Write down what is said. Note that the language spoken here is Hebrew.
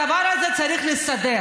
את הדבר הזה צריך לסדר.